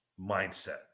mindset